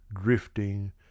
drifting